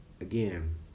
again